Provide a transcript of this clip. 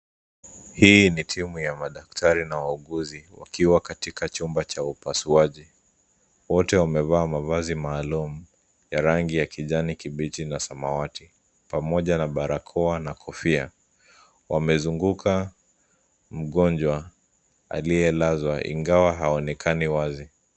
Hii ni timu ya madaktari na wauguzi wakiwa katika chumba cha upasuaji. Wote wamevaa mavazi maalum ya rangi ya kijani kibichi na samawati pamoja na barakoa na kofia. Wamezunguka mgonjwa aliyelazwa ingawa haonekani wazi.